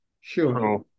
Sure